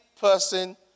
person